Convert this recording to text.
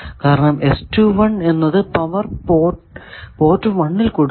കാരണം എന്നത് power port 1 ൽ കൊടുക്കുന്നു